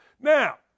Now